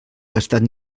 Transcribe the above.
gastat